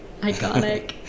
Iconic